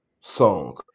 song